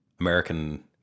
American